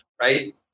Right